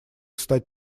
стать